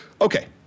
Okay